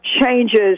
changes